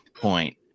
point